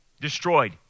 destroyed